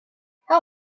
how